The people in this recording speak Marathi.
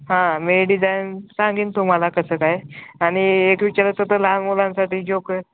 हां मी डिझाईन सांगेन तुम्हाला कसं काय आणि एक विचारायचं होतं लहान मुलांसाठी जोक